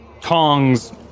tongs